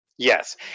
Yes